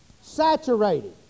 Saturated